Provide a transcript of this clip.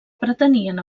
pretenien